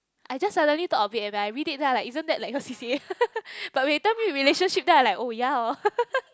I just suddenly thought of it eh like I read it then I like isn't that like your C_C_A but when you tell me relationship then I like oh ya hor